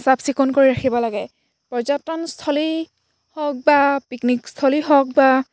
চাফ চিকুণ কৰি ৰাখিব লাগে পৰ্যটনস্থলী হওক বা পিকনিকস্থলী হওক বা